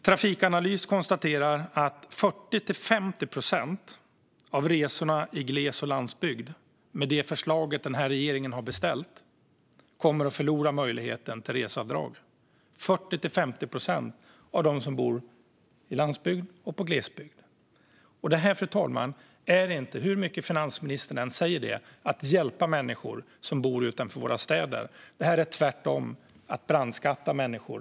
Trafikanalys konstaterar att med det förslag regeringen har beställt kommer reseavdrag inte längre att beviljas för 40-50 procent av resorna i gles och landsbygd. Hur mycket finansministern än säger det är detta inte att hjälpa människor som bor utanför våra städer. Detta är tvärtom att brandskatta människor.